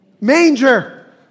manger